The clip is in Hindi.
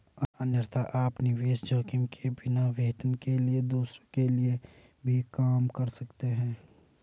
अन्यथा, आप निवेश जोखिम के बिना, वेतन के लिए दूसरों के लिए भी काम कर सकते हैं